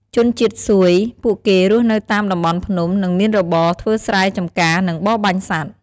ជនជាតិសួយ ពួកគេរស់នៅតាមតំបន់ភ្នំ និងមានរបរធ្វើស្រែចម្ការ និងបរបាញ់សត្វ។